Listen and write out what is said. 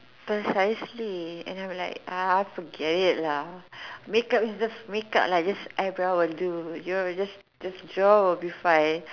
precisely and I'm like uh forget it lah makeup is just makeup lah just eyebrow will do you know just just draw will be fine